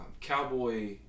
cowboy